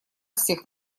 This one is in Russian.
всех